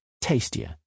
tastier